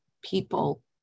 people